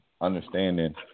understanding